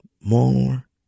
more